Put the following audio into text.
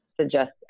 suggest